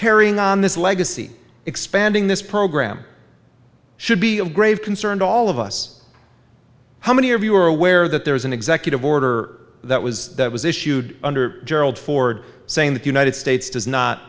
carrying on this legacy expanding this program should be of grave concern to all of us how many of you are aware that there is an executive order that was that was issued under gerald ford saying the united states does not